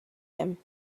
him